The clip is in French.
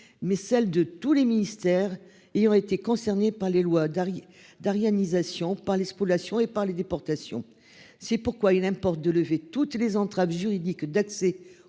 mais celle de tous les ministères et il aurait été concerné par les lois d'arguer d'aryanisation par les spéculations et par les déportations. C'est pourquoi il importe de lever toutes les entraves juridiques d'accès